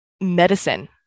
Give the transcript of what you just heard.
medicine